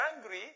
angry